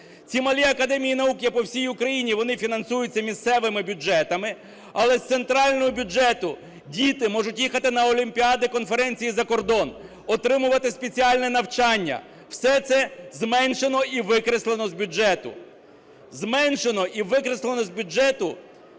Ці малі академії наук є по всій Україні, вони фінансуються місцевими бюджетами. Але з центрального бюджету діти можуть їхати на олімпіади, конференції за кордон, отримувати спеціальне навчання! Все це зменшено і викреслено з бюджету. Зменшено і викреслено з бюджету